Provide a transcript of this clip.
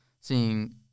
seeing